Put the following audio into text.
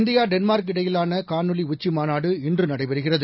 India Denmark இடையிலான காணொலி உச்சிமாநாடு இன்று நடைபெறுகிறது